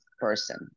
person